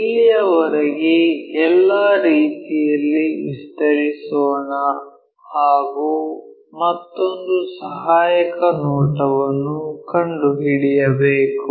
ಇಲ್ಲಿಯವರೆಗೆ ಎಲ್ಲಾ ರೀತಿಯಲ್ಲಿ ವಿಸ್ತರಿಸೋಣ ಹಾಗೂ ಮತ್ತೊಂದು ಸಹಾಯಕ ನೋಟವನ್ನು ಕಂಡುಹಿಡಿಯಬೇಕು